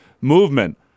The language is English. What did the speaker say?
movement